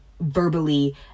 verbally